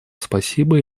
спасибо